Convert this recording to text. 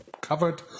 covered